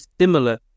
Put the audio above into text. similar